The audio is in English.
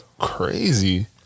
crazy